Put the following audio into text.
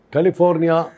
California